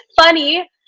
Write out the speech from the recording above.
funny